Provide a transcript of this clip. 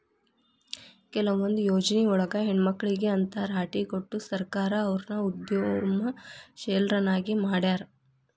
ಕೆಲವೊಂದ್ ಯೊಜ್ನಿಯೊಳಗ ಹೆಣ್ಮಕ್ಳಿಗೆ ಅಂತ್ ರಾಟಿ ಕೊಟ್ಟು ಸರ್ಕಾರ ಅವ್ರನ್ನ ಉದ್ಯಮಶೇಲ್ರನ್ನಾಗಿ ಮಾಡ್ಯಾರ